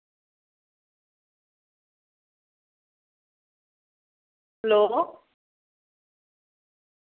hello